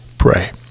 pray